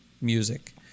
music